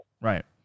Right